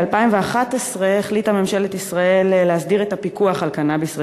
ב-2011 החליטה ממשלת ישראל להסדיר את הפיקוח על קנאביס רפואי.